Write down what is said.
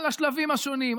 על השלבים השונים,